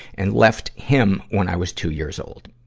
and left him when i was two years old.